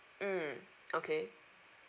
mm okay